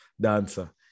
dancer